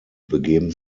begeben